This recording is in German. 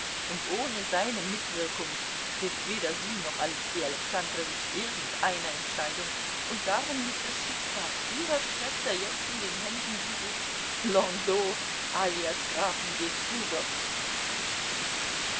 und ohne seine mitwirkung trifft weder sie noch alexei alexandrowitsch irgendeine entscheidung und darum liegt das schicksal ihrer schwester jetzt in den händen dieses landau alias